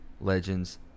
legends